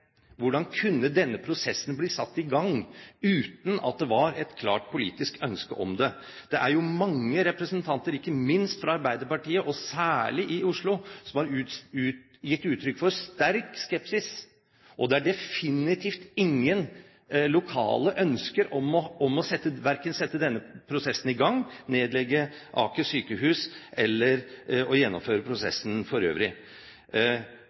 Hvordan kunne dette skje? Hvordan kunne denne prosessen bli satt i gang uten at det var et klart politisk ønske om det? Det er jo mange representanter, ikke minst fra Arbeiderpartiet, og særlig i Oslo, som har gitt uttrykk for sterk skepsis, og det er definitivt ingen lokale ønsker om verken å sette denne prosessen i gang, nedlegge Aker universitetssykehus eller gjennomføre prosessen for øvrig.